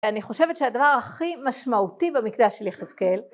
אני חושבת שהדבר הכי משמעותי במקדש של יחזקאל,